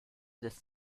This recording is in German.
des